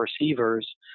receivers –